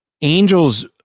angels